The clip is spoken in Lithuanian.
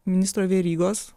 ministro verygos